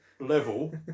Level